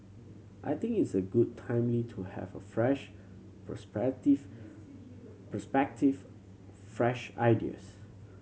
I think it's good and timely to have a fresh perspective perspective fresh ideas